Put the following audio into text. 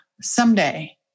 someday